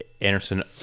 Anderson